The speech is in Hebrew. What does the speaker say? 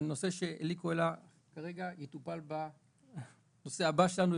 הנושא שאליקו העלה כרגע יטופל בנושא הבא שלנו,